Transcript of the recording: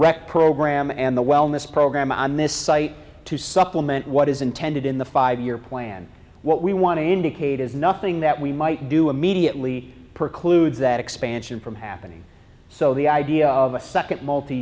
rec program and the wellness program on this site to supplement what is intended in the five year plan what we want to indicate is nothing that we might do immediately precludes that expansion from happening so the idea of a second multi